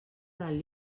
del